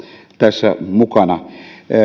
tässä mukana